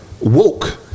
woke